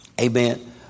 Amen